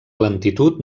lentitud